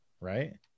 right